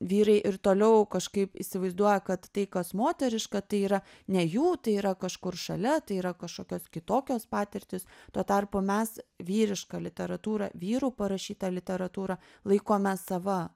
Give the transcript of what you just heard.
vyrai ir toliau kažkaip įsivaizduoja kad tai kas moteriška tai yra ne jų tai yra kažkur šalia tai yra kažkokios kitokios patirtys tuo tarpu mes vyrišką literatūrą vyrų parašytą literatūrą laikome sava